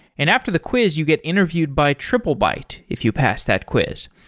and after the quiz, you get interviewed by triplebyte if you pass that quiz.